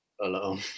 alone